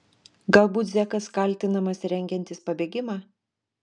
galbūt zekas kaltinamas rengiantis pabėgimą